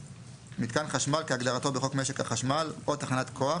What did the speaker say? - מתקן חשמל כהגדרתו בחוק משק החשמל או תחנת כוח,